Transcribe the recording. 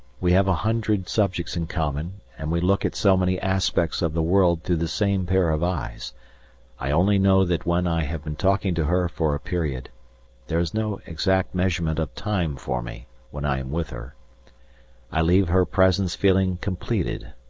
we have a hundred subjects in common, and we look at so many aspects of the world through the same pair of eyes i only know that when i have been talking to her for a period there is no exact measurement of time for me when i am with her i leave her presence feeling completed.